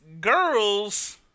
girls